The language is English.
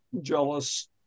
jealous